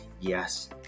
yes